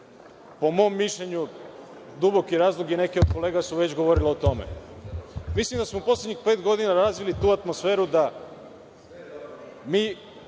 po mom mišljenju duboki razlog, a neki od kolega su već govorili o tome. Mislim da smo u poslednjih pet godina razvili tu atmosferu da mi